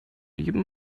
jedem